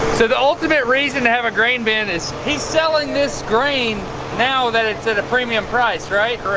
so the ultimate reason to have a grain bin is. he's selling this grain now that it's at a premium price, right?